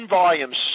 volumes